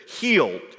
healed